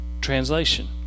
translation